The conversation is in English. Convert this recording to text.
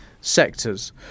sectors